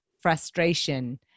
frustration